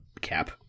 Cap